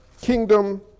kingdom